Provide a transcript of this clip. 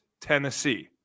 Tennessee